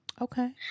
Okay